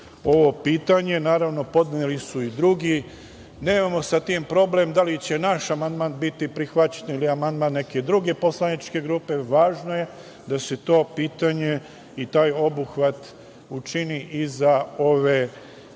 ovo pitanje. Naravno, podneli su i drugi. Nemamo sa tim problem da li će naš amandman biti prihvaćen ili amandman neke druge poslaničke grupe, već je važno da se to pitanje i taj obuhvat učini i za ove